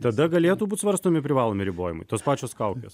tada galėtų būt svarstomi privalomi ribojimai tos pačios kaukės